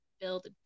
build